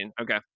okay